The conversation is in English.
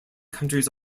countries